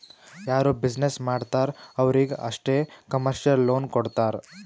ಯಾರು ಬಿಸಿನ್ನೆಸ್ ಮಾಡ್ತಾರ್ ಅವ್ರಿಗ ಅಷ್ಟೇ ಕಮರ್ಶಿಯಲ್ ಲೋನ್ ಕೊಡ್ತಾರ್